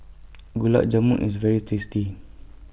Gulab Jamun IS very tasty